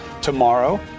tomorrow